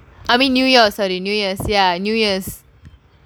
new york city new years ya new years